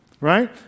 right